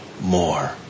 more